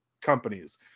companies